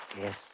Yes